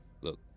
Look